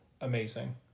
amazing